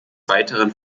weiteren